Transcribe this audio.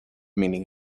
meaning